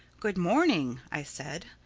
good morning, i said.